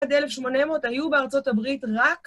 עד 1,800 היו בארצות הברית רק